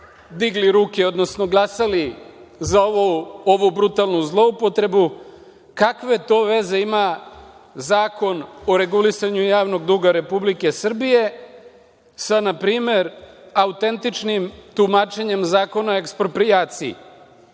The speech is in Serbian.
digli ruke, odnosno glasali za ovu brutalnu zloupotrebu, kakve veze ima Zakon o regulisanju javnog duga Republike Srbije sa npr. autentičnim tumačenjem Zakona o eksproprijaciji